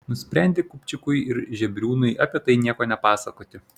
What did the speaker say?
nusprendė kupčikui ir žebriūnui apie tai nieko nepasakoti